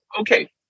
okay